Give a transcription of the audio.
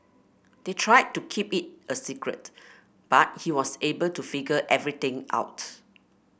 they tried to keep it a secret but he was able to figure everything out